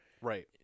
right